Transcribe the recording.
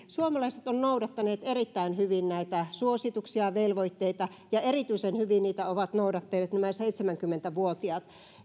suomalaiset ovat noudattaneet erittäin hyvin näitä suosituksia velvoitteita ja erityisen hyvin niitä ovat noudattaneet nämä seitsemänkymmentä vuotiaat